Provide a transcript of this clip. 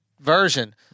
version